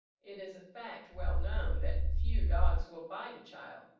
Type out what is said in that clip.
it is a fact well known, that few dogs will bite a child,